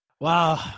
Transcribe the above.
Wow